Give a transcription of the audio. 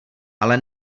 ale